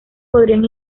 podrían